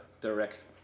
direct